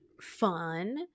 fun